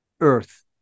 earth